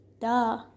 Duh